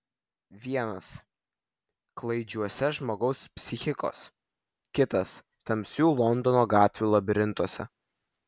vienas klaidžiuose žmogaus psichikos kitas tamsių londono gatvių labirintuose